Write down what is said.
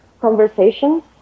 conversations